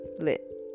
lit